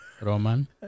Roman